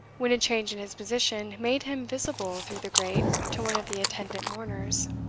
when a change in his position made him visible through the grate to one of the attendant mourners.